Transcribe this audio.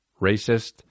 racist